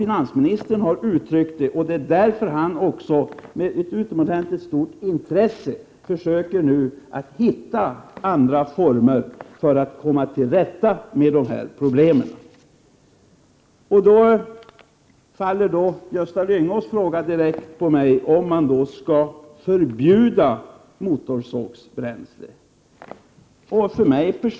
1988/89:110 och därför gör han nu stora ansträngningar för att hitta andra former för att 9 maj 1989 komma till rätta med dessa problem. z ERA a Lä å R ; Andrade beskattnings Gösta Lyngå frågar om man skall förbjuda motorsågsbränsle. Personligen RR .